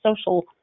social